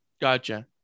gotcha